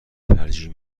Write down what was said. ترجیح